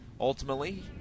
Ultimately